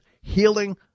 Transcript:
healing